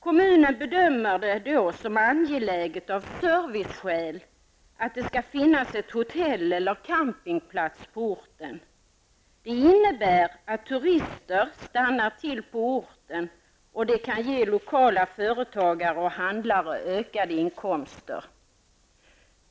Kommunen bedömer det då som angeläget av serviceskäl att det skall finnas ett hotell eller en campingplats på orten. Det innebär att turister stannar till på orten, och det kan ge lokala företagare/handlare ökade inkomster.